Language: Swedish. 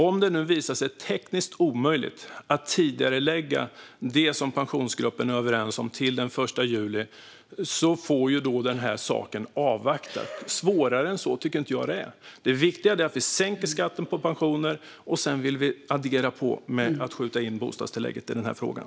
Om det nu visar sig tekniskt omöjligt att tidigarelägga det som Pensionsgruppen är överens om till den 1 juli får man ju avvakta. Svårare än så tycker jag inte att det är. Det viktiga är att vi sänker skatten på pensioner och vill addera genom att skjuta in bostadstillägget i den här frågan.